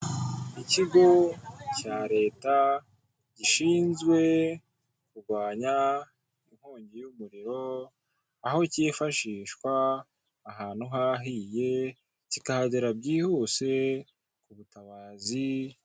Ikigo cya leta gishinzwe kurwanya inkongi y'umuriro aho kifashishwa ahantu hahiye kikahagera byihuse mu butabazi.